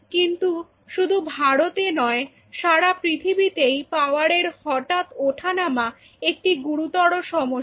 কিন্তু শুধু ভারতে নয় সারা পৃথিবীতেই পাওয়ারের হঠাৎ ওঠানামা একটি গুরুতর সমস্যা